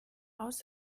aus